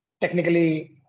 technically